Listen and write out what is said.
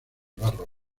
barro